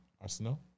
Arsenal